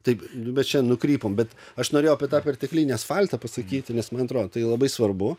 taip bet čia nukrypom bet aš norėjau apie tą perteklinį asfaltą pasakyti nes man atrodo tai labai svarbu